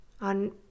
on